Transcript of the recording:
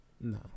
No